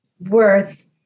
worth